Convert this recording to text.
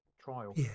trial